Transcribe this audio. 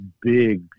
big